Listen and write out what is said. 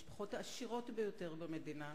המשפחות העשירות ביותר במדינה,